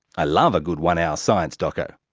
i love a good one-hour science doco,